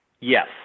Yes